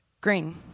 Green